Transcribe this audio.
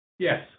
Yes